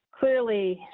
clearly,